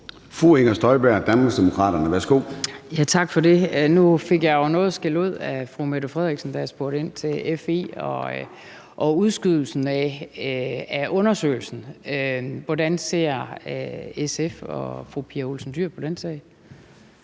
Fru Inger Støjberg, Danmarksdemokraterne. Værsgo. Kl. 13:54 Inger Støjberg (DD): Tak for det. Nu fik jeg jo noget skæld ud af fru Mette Frederiksen, da jeg spurgte ind til FE og udskydelsen af undersøgelsen. Hvordan ser fru Pia Olsen Dyhr og SF på den sag?